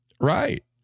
Right